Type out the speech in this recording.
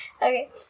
Okay